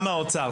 אתה מהאוצר,